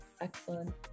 excellent